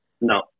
No